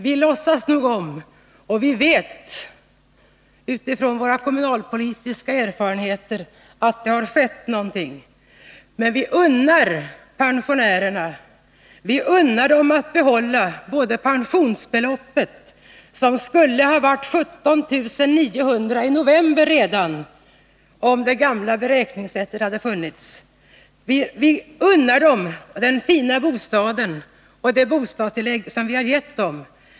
Vi vet, utifrån våra kommunalpolitiska erfarenheter, att det har skett någonting. Men vi unnar pensionärerna att behålla pensionsbeloppet, som skulle ha varit 17 900 kr. redan i november, om det gamla beräkningssättet hade gällt. Vi unnar dem den fina bostaden och det bostadstillägg som vi har gett dem.